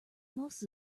most